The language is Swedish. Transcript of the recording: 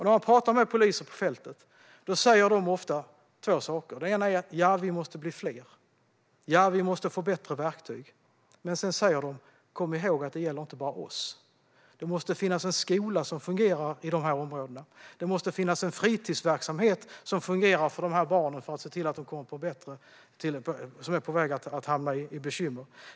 När man pratar med poliser på fältet säger de ofta två saker. Det ena är: Ja, vi måste bli fler. Ja, vi måste få bättre verktyg. Det andra är: Kom ihåg att det inte bara gäller oss. Det måste finnas en skola som fungerar i dessa områden. Det måste finnas en fritidsverksamhet som fungerar för de barn som är på väg att hamna i bekymmer.